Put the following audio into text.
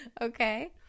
Okay